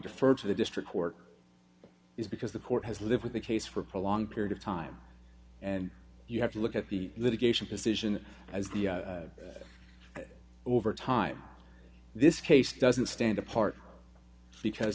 defer to the district court is because the court has lived with a case for a long period of time and you have to look at the litigation decision as the over time this case doesn't stand apart because